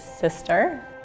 sister